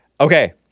Okay